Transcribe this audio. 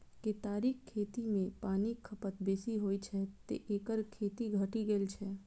केतारीक खेती मे पानिक खपत बेसी होइ छै, तें एकर खेती घटि गेल छै